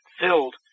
filled